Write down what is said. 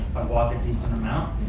walked a decent amount,